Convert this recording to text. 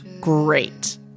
great